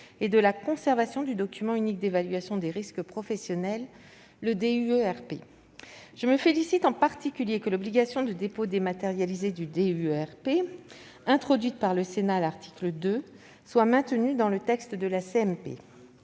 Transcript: et de la conservation du document unique d'évaluation des risques professionnels (DUERP). Je me félicite en particulier que l'obligation de dépôt dématérialisé du DUERP, introduite par le Sénat à l'article 2, soit maintenue dans le texte de la